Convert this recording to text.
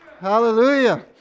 Hallelujah